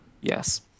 Yes